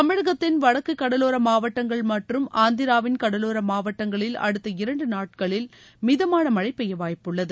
தமிழகத்தின் வடக்கு கடலோர மாவட்டங்கள் மற்றும் ஆந்திராவின் கடலோர மாவட்டங்களில் அடுத்த இரண்டு நாட்களில் மிதமான மழை பெய்ய வாய்ப்புள்ளது